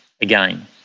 again